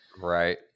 Right